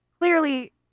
Clearly